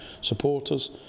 supporters